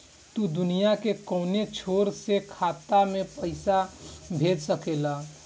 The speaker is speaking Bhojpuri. तू दुनिया के कौनो छोर से खाता में पईसा भेज सकेल